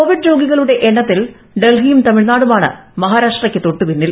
Covid രോഗികളുടെ എണ്ണത്തിൽ ഡൽഹിയും തമിഴ്നാടുമാണ് മഹാരാഷ്ട്രയ്ക്കു തൊട്ടുപിന്നിൽ